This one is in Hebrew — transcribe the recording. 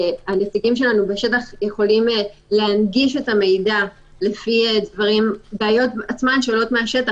הנציגים שלנו בשטח יכולים להנגיש את המידע לפי הבעיות שעולות מן השטח,